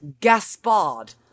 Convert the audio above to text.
Gaspard